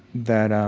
that um